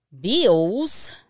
bills